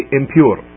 impure